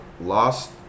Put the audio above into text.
lost